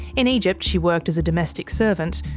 in egypt, she worked as a domestic servant,